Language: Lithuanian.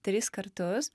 tris kartus